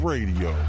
Radio